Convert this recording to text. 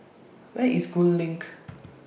Where IS Gul LINK